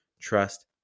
trust